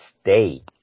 stay